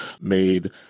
made